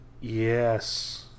Yes